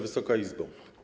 Wysoka Izbo!